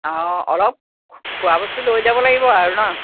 অঁ অলপ খোৱা বস্তু লৈ যাব লাগিব আৰু ন